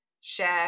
share